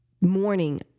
morning